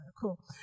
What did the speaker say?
cool